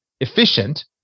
efficient